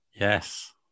Yes